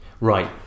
Right